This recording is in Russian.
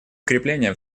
укрепление